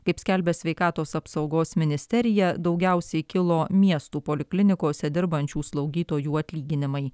kaip skelbia sveikatos apsaugos ministerija daugiausiai kilo miestų poliklinikose dirbančių slaugytojų atlyginimai